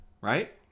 right